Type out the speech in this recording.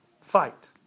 fight